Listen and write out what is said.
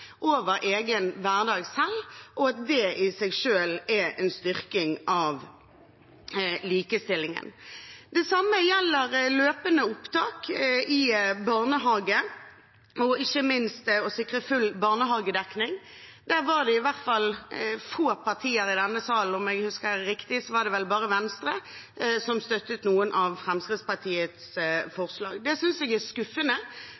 over egen hverdag selv, og at det i seg selv er en styrking av likestillingen. Det samme gjelder løpende opptak i barnehage, og ikke minst å sikre full barnehagedekning. Det er få partier i denne salen – om jeg husker riktig var det bare Venstre – som støttet noen av Fremskrittspartiets forslag. Det synes jeg er skuffende,